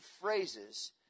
phrases